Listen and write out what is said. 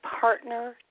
partner